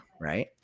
right